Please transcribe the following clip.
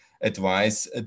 advice